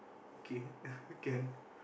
okay can